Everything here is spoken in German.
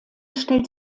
stellt